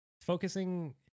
Focusing